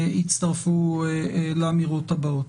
יצטרפו לאמירות הבאות,